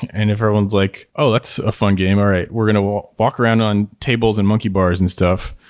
and everyone's like, oh, that's a fun game. all right, we're going to walk walk around on tables and monkey bars and stuff.